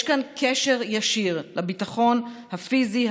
יש כאן קשר ישיר לביטחון הפיזי,